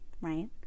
right